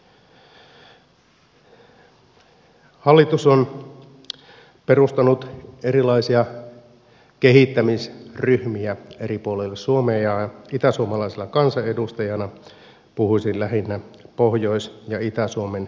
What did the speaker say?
hallitus on perustanut erilaisia kehittämisryhmiä eri puolille suomea ja itäsuomalaisena kansanedustajana puhuisin lähinnä pohjois ja itä suomen työryhmistä